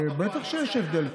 בטח שיש הבדל.